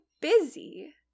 busy